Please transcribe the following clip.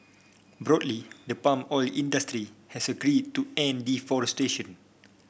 broadly the palm oil industry has agreed to end deforestation